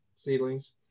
Seedlings